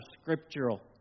scriptural